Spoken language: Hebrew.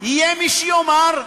יהיה מי שיאמר: